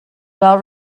well